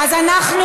אז אנחנו,